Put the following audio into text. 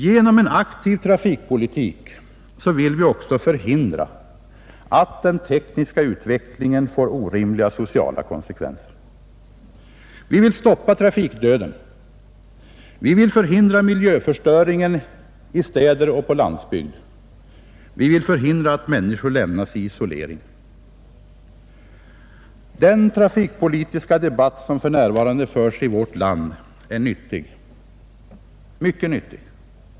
Genom en aktiv trafikpolitik vill vi också förhindra att den tekniska utvecklingen får orimliga sociala konsekvenser. Vi vill stoppa trafikdöden och förhindra miljöförstöringen i städer och på landsbygd. Vi vill förhindra att människor lämnas i isolering. Den trafikpolitiska debatt som för närvarande förs i vårt land är nyttig, mycket nyttig.